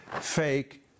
fake